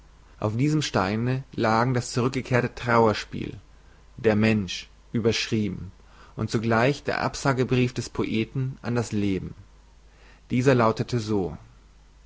auf diesem steine lagen das rükgekehrte trauerspiel der mensch überschrieben und zugleich der absagebrief des poeten an das leben dieser lautete so